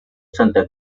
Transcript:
santa